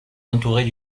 entourées